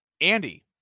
Andy